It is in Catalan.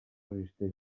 resisteix